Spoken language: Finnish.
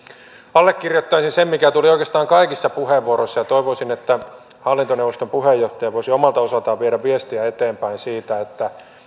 allekirjoittaisin sen mikä tuli oikeastaan kaikissa puheenvuoroissa ja ja toivoisin että hallintoneuvoston puheenjohtaja voisi omalta osaltaan viedä viestiä eteenpäin siitä että